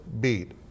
beat